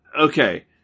okay